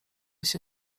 się